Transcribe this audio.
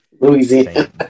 Louisiana